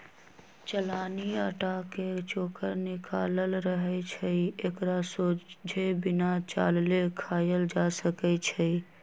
चलानि अटा के चोकर निकालल रहै छइ एकरा सोझे बिना चालले खायल जा सकै छइ